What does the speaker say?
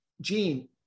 Gene